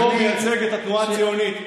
אני פה מייצג את התנועה הציונית.